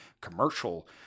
commercial